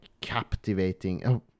captivating